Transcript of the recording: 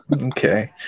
Okay